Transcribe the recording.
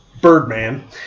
birdman